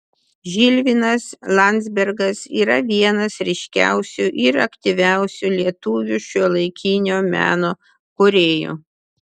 žilvinas landzbergas yra vienas ryškiausių ir aktyviausių lietuvių šiuolaikinio meno kūrėjų